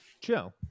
Joe